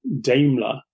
Daimler